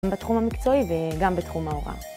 בתחום המקצועי וגם בתחום ההוראה